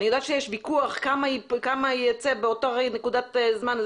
אני יודע תשיש וויכוח כמה ייצא באותה נקודת זמן.